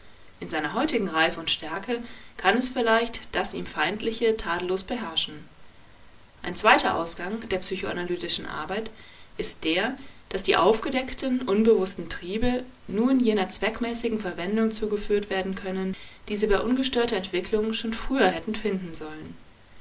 in seiner heutigen reife und stärke kann es vielleicht das ihm feindliche tadellos beherrschen ein zweiter ausgang der psychoanalytischen arbeit ist der daß die aufgedeckten unbewußten triebe nun jener zweckmäßigen verwendung zugeführt werden können die sie bei ungestörter entwicklung schon früher hätten finden sollen